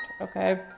okay